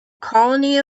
colony